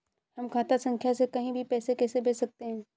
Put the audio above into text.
हम खाता संख्या से कहीं भी पैसे कैसे भेज सकते हैं?